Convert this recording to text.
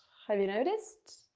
have you noticed?